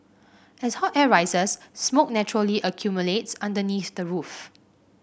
as hot air rises smoke naturally accumulates underneath the roof